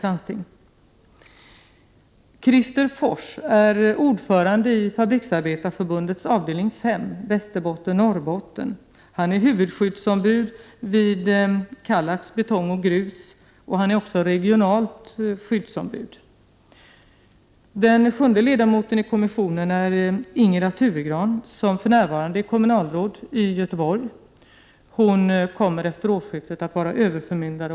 Ledamoten Christer Fors är ordförande i Fabriksarbetareförbundets avdelning 5, Västerbotten Norrbotten. Han är huvudskyddsombud vid Kallax Betong och Grus, och han är också regionalt skyddsombud. Den sjunde ledamoten av kommissionen är Ingela Tuvegran, som för närvarande är kommunalråd i Göteborg. Hon kommer efter årsskiftet att vara överförmyndare.